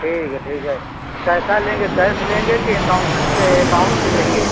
ठीक है ठीक है कैसा लेंगे कैस लेंगे कि एकाउन्टेंट से एकाउन्ट से लेंगे